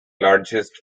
largest